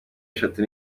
eshatu